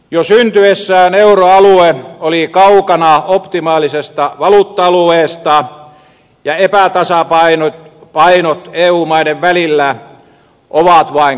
jo syntyessään euroalue oli kaukana optimaalisesta valuutta alueesta ja epätasapainot eu maiden välillä ovat vain kasvaneet